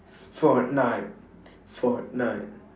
fortnite fortnite